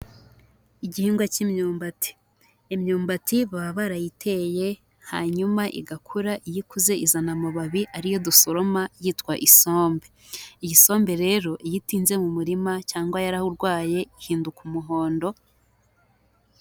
Igihingwa cy'imyumbati, imyumbati baba barayiteye hanyuma igakura, iyo ikuze izana amababi ari yo dusoroma yitwa isombe, iyi sombe rero iyo itinze mu murima cyangwa yararwaye ihinduka umuhondo.